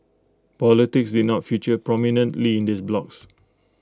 politics did not feature prominently in these blogs